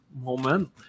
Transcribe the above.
moment